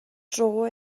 dro